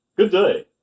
good day!